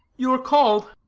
you are call'd.